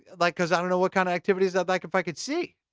like, cause i don't know what kind of activities i'd like if i could see.